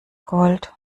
gold